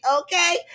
Okay